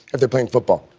if they're playing football?